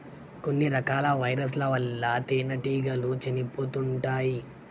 కొన్ని రకాల వైరస్ ల వల్ల తేనెటీగలు చనిపోతుంటాయ్